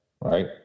right